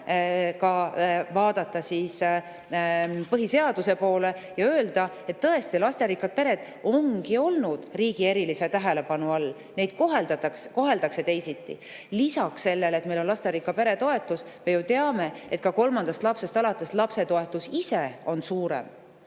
vaadata põhiseadust ja öelda, et tõesti, lasterikkad pered ongi olnud riigi erilise tähelepanu all, neid koheldakse teisiti. Lisaks sellele, et meil on lasterikka pere toetus, me ju teame, et kolmandast lapsest alates on lapsetoetus ise suurem.